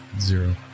zero